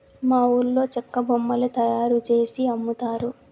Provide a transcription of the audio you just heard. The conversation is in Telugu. మా ఊర్లో చెక్క బొమ్మలు తయారుజేసి అమ్ముతారు